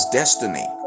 destiny